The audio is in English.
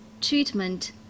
treatment